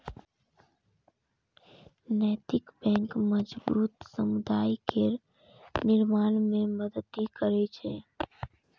नैतिक बैंक मजबूत समुदाय केर निर्माण मे मदति करै छै